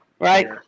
right